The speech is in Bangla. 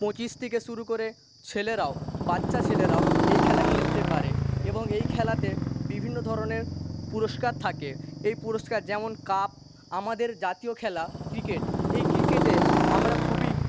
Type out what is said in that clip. পঁচিশ থেকে শুরু করে ছেলেরাও বাচ্চা ছেলেরাও এই খেলা খেলতে পারে এবং এই খেলাতে বিভিন্ন ধরনের পুরস্কার থাকে এই পুরস্কার যেমন কাপ আমাদের জাতীয় খেলা ক্রিকেট এই ক্রিকেটে আমরা খুবই